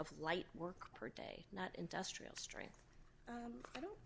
of light work per day not industrial strength if you don't